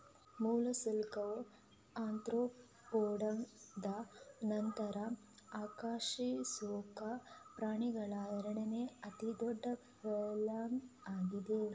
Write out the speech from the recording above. ಮೊಲಸ್ಕಾವು ಆರ್ತ್ರೋಪೋಡಾದ ನಂತರ ಅಕಶೇರುಕ ಪ್ರಾಣಿಗಳ ಎರಡನೇ ಅತಿ ದೊಡ್ಡ ಫೈಲಮ್ ಆಗಿದೆ